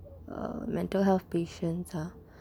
err mental health patients ah